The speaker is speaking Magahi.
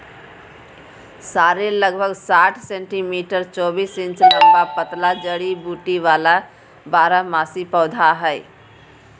सॉरेल लगभग साठ सेंटीमीटर चौबीस इंच ऊंचा पतला जड़ी बूटी वाला बारहमासी पौधा हइ